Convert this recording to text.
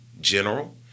general